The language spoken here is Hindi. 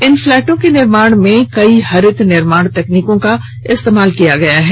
इन फ्लैटों के निर्माण में कई हरित निर्माण तकनीकों का इस्तेमाल किया गया है